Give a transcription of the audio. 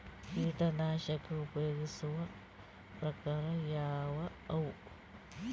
ಕೀಟನಾಶಕ ಉಪಯೋಗಿಸೊ ಪ್ರಕಾರ ಯಾವ ಅವ?